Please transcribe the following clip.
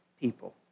people